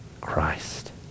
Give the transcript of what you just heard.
Christ